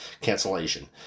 cancellation